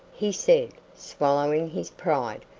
he said, swallowing his pride.